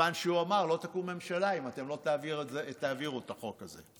מכיוון שהוא אמר שלא תקום ממשלה אם אתם לא תעבירו את החוק הזה.